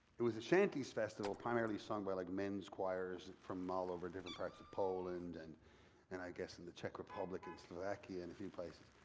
it was a shantie's festival primarily sung by like men's choirs from all over different parts of poland and and i guess in the czech republic and slovakia and a few places.